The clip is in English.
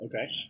Okay